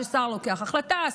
ששר לוקח החלטה,